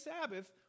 Sabbath